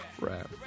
rap